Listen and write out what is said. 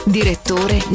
Direttore